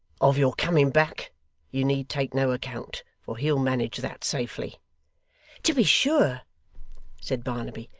of your coming back you need take no account, for he'll manage that, safely to be sure said barnaby.